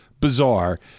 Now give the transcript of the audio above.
bizarre